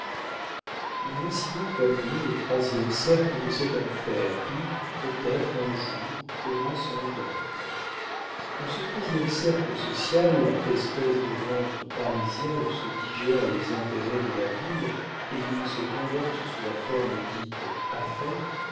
nous voici donc amenés au troisième cercle de cet enfer qui peut-être un jour aura son dante dans ce troisième cercle social espèce de ventre parisien où se digèrent les intérêts de la ville et où ils se condensent sous la forme dite